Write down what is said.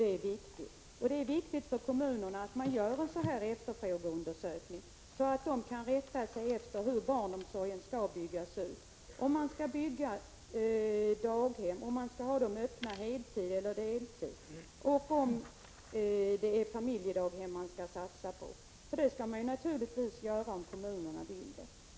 Det är viktigt för kommunerna att man gör en sådan efterfrågeundersökning, så att kommunerna kan rätta sig efter den när de tar ställning till hur barnomsorgen skall byggas ut — om man skall bygga daghem, om de skall vara öppna på heltid eller deltid och om det är familjedaghem man skall satsa på. Det skall man naturligtvis göra, om kommunerna vill det.